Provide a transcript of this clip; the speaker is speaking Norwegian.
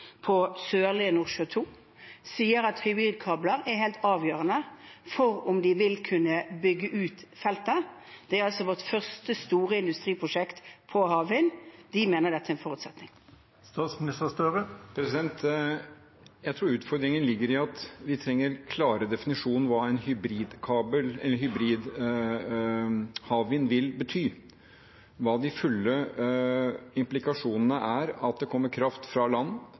på Sørlige Nordsjø II, sier at hybridkabler er helt avgjørende for om de vil kunne bygge ut feltet. Det er altså vårt første store industriprosjekt på havvind, og de mener dette er en forutsetning. Jeg tror utfordringen ligger i at vi trenger klarere definisjon av hva hybridhavvind vil bety – hva de fulle implikasjonene er av at det kommer kraft fra land